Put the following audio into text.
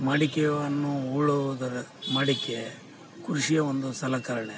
ಮಡಿಕೆಯನ್ನು ಉಳೋದರ ಮಡಿಕೆ ಕೃಷಿಯ ಒಂದು ಸಲಕರಣೆ